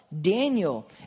Daniel